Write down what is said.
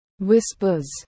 whispers